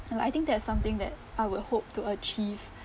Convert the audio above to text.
uh I think that's something that I will hope to achieve